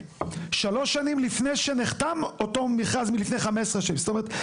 שלוש שנים לפני שנחתם אותו מכרז מלפני 15. זאת אומרת,